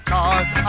Cause